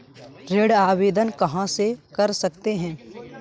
ऋण आवेदन कहां से कर सकते हैं?